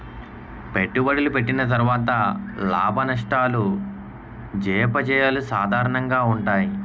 పెట్టుబడులు పెట్టిన తర్వాత లాభనష్టాలు జయాపజయాలు సాధారణంగా ఉంటాయి